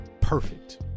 perfect